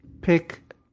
pick